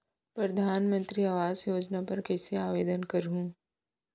परधानमंतरी आवास योजना बर मैं कइसे आवेदन करहूँ?